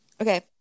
Okay